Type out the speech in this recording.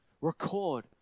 record